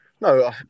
No